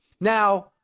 Now